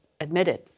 admitted